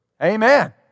Amen